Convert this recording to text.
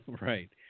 Right